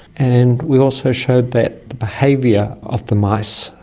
and we also showed that the behaviour of the mice,